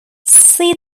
see